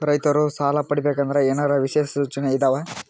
ರೈತರು ಸಾಲ ಪಡಿಬೇಕಂದರ ಏನರ ವಿಶೇಷ ಯೋಜನೆ ಇದಾವ?